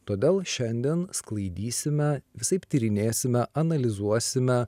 todėl šiandien sklaidysime visaip tyrinėsime analizuosime